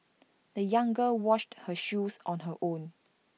the young girl washed her shoes on her own